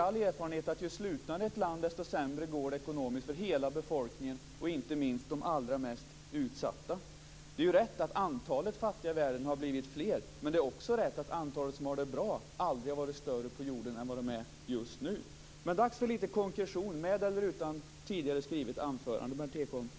All erfarenhet visar att ju slutnare ett land är, desto sämre går det ekonomiskt för hela befolkningen och inte minst för de allra mest utsatta. Det är rätt att antalet fattiga i världen har blivit större, men det är också rätt att antalet som har det bra aldrig har varit större på jorden än vad det är just nu. Dags för lite konkretion med eller utan tidigare skrivet anförande, Berndt Ekholm!